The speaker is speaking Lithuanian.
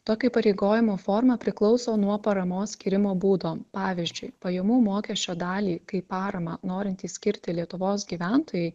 tokio įpareigojimo forma priklauso nuo paramos skyrimo būdo pavyzdžiui pajamų mokesčio dalį kaip paramą norintys skirti lietuvos gyventojai